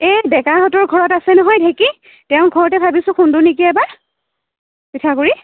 এই ডেকাহঁতৰ ঘৰত আছে নহয় ঢেঁকী তেওঁৰ ঘৰতে ভাবিছোঁ খুন্দো নেকি এইবাৰ পিঠাগুড়ি